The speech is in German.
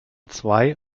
zwei